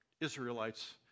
Israelites